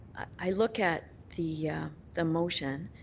i look at the yeah the motion.